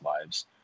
lives